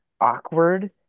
awkward